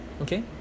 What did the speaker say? okay